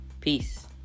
Peace